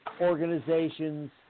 organizations